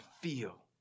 feel